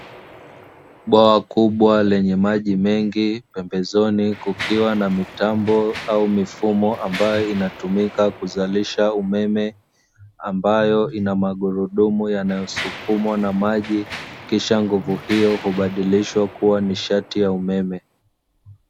Bwawa kubwa lenye maji mengi, pembezoni kukiwa na mitambo au mifumo ambayo inatumika kuzalisha umeme, ambayo ina magurudumu yanayosukumwa na maji, kisha nguvu hiyo hubadilishwa kuwa nishati ya umeme.